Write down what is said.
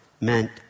meant